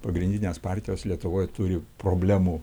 pagrindinės partijos lietuvoj turi problemų